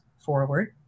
forward